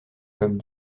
comme